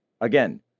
again